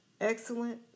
excellent